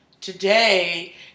today